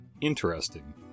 interesting